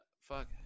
fuck